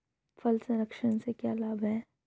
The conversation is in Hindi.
फल संरक्षण से क्या लाभ है?